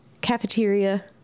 cafeteria